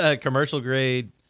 Commercial-grade